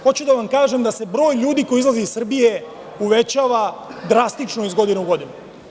Hoću da vam kažem da se broj ljudi koji izlazi iz Srbije uvećava drastično iz godine u godinu.